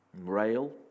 rail